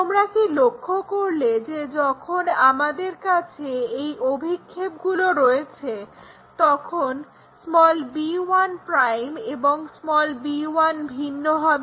তোমরা কি লক্ষ্য করলে যে যখন আমাদের কাছে এই অভিক্ষেপগুলো রয়েছে তখন b1' এবং b1 ভিন্ন হবে